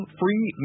free